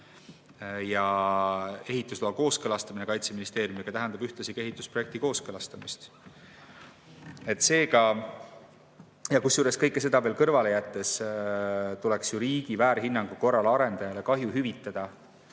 Ja ehitusloa kooskõlastamine Kaitseministeeriumiga tähendab ühtlasi ehitusprojekti kooskõlastamist. Kusjuures, kõike seda kõrvale jättes, tuleks ju riigi väärhinnangu korral arendajale kahju hüvitada,